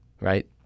right